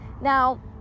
Now